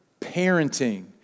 parenting